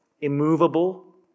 immovable